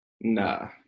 Nah